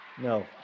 No